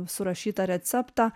surašytą receptą